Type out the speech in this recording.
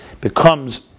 becomes